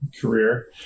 career